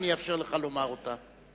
אני אאפשר לך לומר אותה.